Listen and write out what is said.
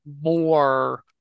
more